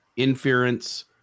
inference